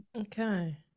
Okay